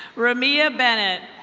ramia bennett.